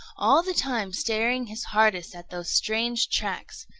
all the time staring his hardest at those strange tracks.